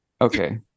Okay